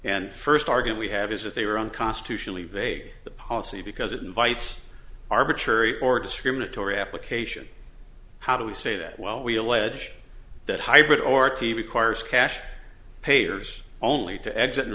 and first target we have is that they were unconstitutionally vague the policy because it invites arbitrary or discriminatory application how do we say that well we allege that hybrid or tb choir's cash papers only to exit